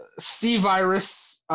C-Virus